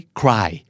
cry